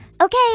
Okay